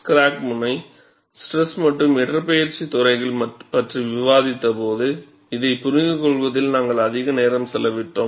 crack முனை stress மற்றும் இடப்பெயர்ச்சி துறைகள் பற்றி விவாதித்தபோது இதைப் புரிந்துகொள்வதில் நாங்கள் அதிக நேரம் செலவிட்டோம்